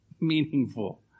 meaningful